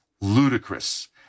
ludicrous